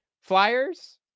Flyers